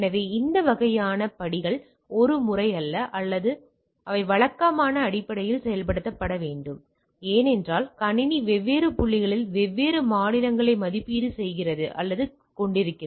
எனவே இந்த வகையான படிகள் ஒரு முறை அல்ல அவை வழக்கமான அடிப்படையில் செயல்படுத்தப்பட வேண்டும் ஏனென்றால் கணினி வெவ்வேறு புள்ளிகளில் வெவ்வேறு மாநிலங்களை மதிப்பீடு செய்கிறது அல்லது கொண்டிருக்கிறது